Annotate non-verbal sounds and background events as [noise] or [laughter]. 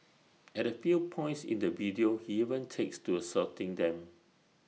[noise] at A few points in the video she even takes to assaulting them